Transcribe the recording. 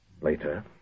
Later